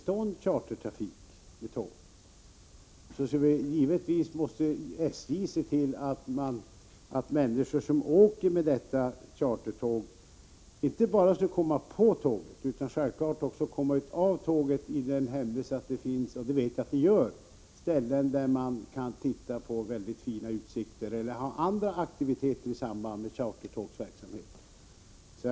får chartertrafik med tåg, måste SJ givetvis se till att trafikanterna inte bara kommer på utan självfallet också av tåget. Det gäller då på platser — jag vet att det finns sådana — där det är väldigt fin utsikt eller där det finns olika aktiviteter i samband med chartertågverksamheten.